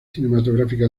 cinematográfica